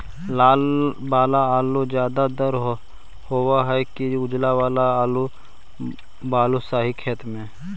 लाल वाला आलू ज्यादा दर होतै कि उजला वाला आलू बालुसाही खेत में?